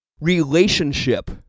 Relationship